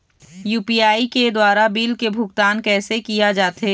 UPI के द्वारा bill के भुगतान कैसे किया जाथे?